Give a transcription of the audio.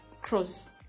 cross